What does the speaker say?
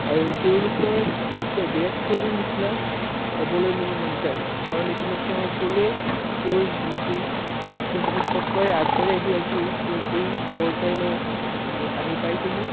আৰু তেওঁলোকৰ বিশেষকৈ বিৰাট কোহলিৰ নিচিনা হ'বলৈ মোৰ মন যায় কাৰণ ইতিমধ্যে মই ক'লোৱেই তেওঁৰ যোনটো তেওঁ বহুত কষ্টৰে আগবাঢ়ি আহি আজি তেওঁ এই পৰ্যায়লৈ আহি পাইছেহি